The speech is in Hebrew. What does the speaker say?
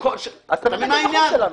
--- אז אתה מתנגד לחוק שלנו.